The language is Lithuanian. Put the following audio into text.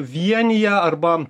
vienija arba